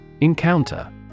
Encounter